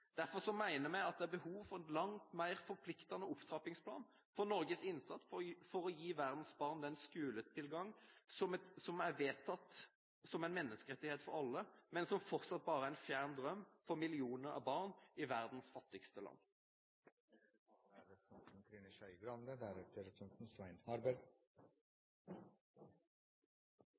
Derfor mener vi at det er behov for en langt mer forpliktende opptrappingsplan for Norges innsats for å gi verdens barn den skoletilgangen som er vedtatt som en menneskerettighet for alle, men som fortsatt bare er en fjern drøm for millioner av barn i verdens fattigste